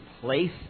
place